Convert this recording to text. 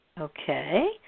Okay